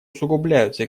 усугубляются